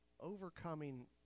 overcoming